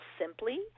simply